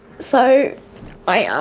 so i um